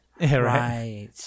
Right